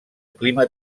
clima